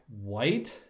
white